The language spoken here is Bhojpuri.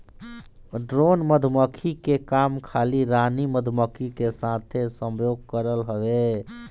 ड्रोन मधुमक्खी के काम खाली रानी मधुमक्खी के साथे संभोग करल हवे